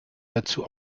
dazu